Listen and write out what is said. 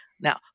Now